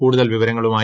കൂടുതൽ വിവരങ്ങളുമായി